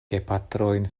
gepatrojn